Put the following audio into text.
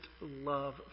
love